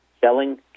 Selling